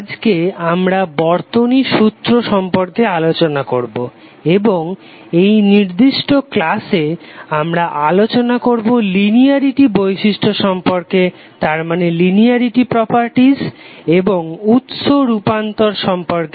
আজকে আমরা বর্তনীর সূত্র সম্পর্কে আলোচনা করবো এবং এই নির্দিষ্ট ক্লাসে আমরা আলোচনা করবো লিনিয়ারিটি বৈশিষ্ট্য সম্পর্কে এবং উৎস রূপান্তর সম্পর্কে